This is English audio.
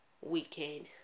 weekend